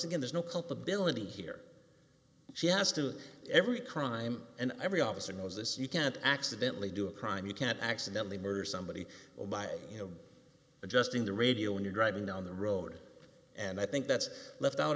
again there's no culpability here she has to every crime and every officer knows this you can't accidentally do a crime you can't accidentally murder somebody by you know adjusting the radio when you're driving down the road and i think that's left out